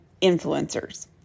influencers